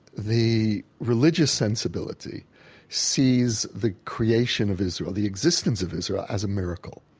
the religious sensibility sees the creation of israel, the existence of israel, as a miracle.